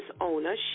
owner